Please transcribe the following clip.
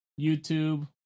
YouTube